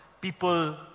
people